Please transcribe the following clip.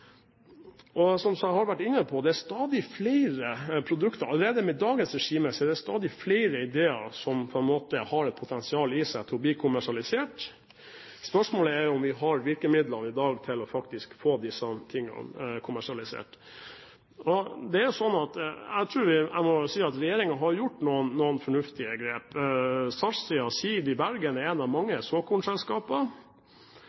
Som jeg har vært inne på, er det allerede med dagens regime stadig flere ideer som har potensial i seg til å bli kommersialisert. Spørsmålet er om vi i dag har virkemidlene til å få disse kommersialisert. Jeg må si at regjeringen har gjort noen fornuftige grep. Sarsia Seed i Bergen er et av mange